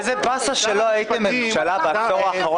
איפה הייתם עשר שנים?